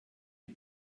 die